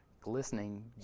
glistening